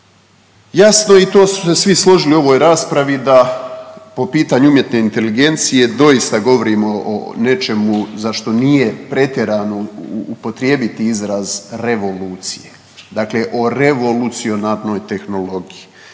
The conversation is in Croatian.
Jasno je i to su se svi složili u ovoj raspravi da po pitanju umjetne inteligencije doista govorimo o nečemu za što nije pretjerano upotrijebiti izraz revolucije, dakle o revolucionarnoj tehnologiji